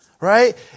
right